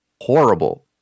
horrible